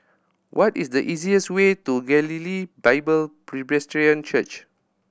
what is the easiest way to Galilee Bible Presbyterian Church